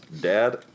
Dad